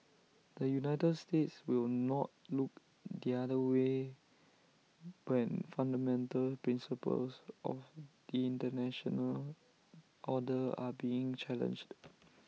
the united states will not look the other way when fundamental principles of the International order are being challenged